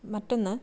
മറ്റൊന്ന്